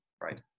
Right